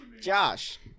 Josh